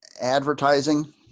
advertising